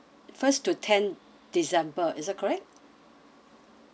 first to ten december is that correct